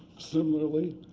similarly.